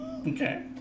Okay